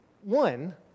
One